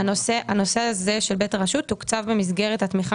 הנושא הזה של בית הרשות תוקצב במסגרת התמיכה